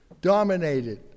dominated